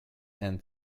and